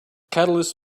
catalysts